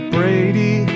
Brady